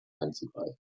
einzugreifen